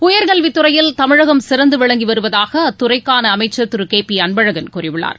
உயர்கல்வித்துறையில் தமிழகம் சிறந்து விளங்கி வருவதாக அத்துறைக்கான அமைச்சர் திரு கே பி அன்பழகன் கூறியுள்ளார்